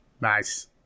nice